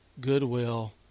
goodwill